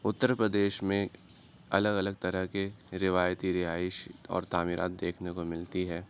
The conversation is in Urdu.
اتر پردیش میں الگ الگ طرح کے روایتی رہائش اور تعمیرات دیکھنے کو ملتی ہے